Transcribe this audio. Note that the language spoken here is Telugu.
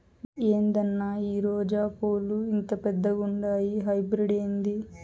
ఏందన్నా ఈ రోజా పూలు ఇంత పెద్దగుండాయి హైబ్రిడ్ ఏంది